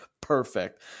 Perfect